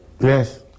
Yes